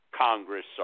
Congress